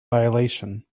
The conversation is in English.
violation